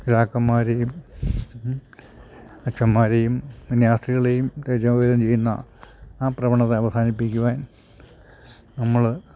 പിതാക്കന്മാരേയും അച്ഛന്മാരേയും കന്യാസ്ത്രീകളെയും തേജോവധം ചെയ്യുന്ന ആ പ്രവണത അവസാനിപ്പിക്കുവാൻ നമ്മൾ